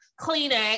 Kleenex